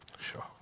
Sure